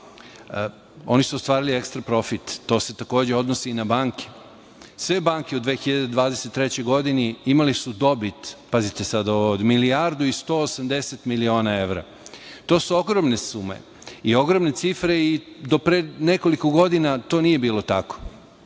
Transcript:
Oni su ostvarili ekstra profit. To se takođe odnosi i na banke. Sve banke u 2023. godini imali su dobit od 1.180.000.000 evra. To su ogromne sume i ogromne cifre i do pre nekoliko godina to nije bilo tako.